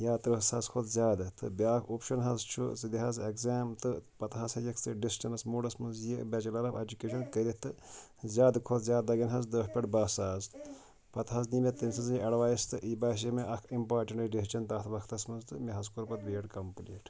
یا تٕرٛہ ساس کھۄتہٕ زیادٕ تہٕ بیاکھ اوپشَن حظ چھُ ژٕ دِ حظ ایٚگزام تہٕ پَتہٕ ہَسا یِکھ ژٕ ڈِسٹیٚنٕس موڈَس منٛز یہِ بیٚچلَر آف ایٚجوکیشَن کٔرِتھ تہٕ زیادٕ کھۄتہٕ زیادٕ لَگٮ۪ن حظ دٔہ پٮ۪ٹھ باہ ساس پَتہٕ حظ نی مےٚ تٔمۍ سٕنٛزٕے ایٚڈوایِس تہٕ یہِ باسیٚو مےٚ اَکھ اِمپارٹیٚنٛٹ ڈیسِجَن تَتھ وقتَس منٛز تہٕ مےٚ حظ کوٚر پَتہٕ بی ایٚڈ کَمپٕلیٖٹ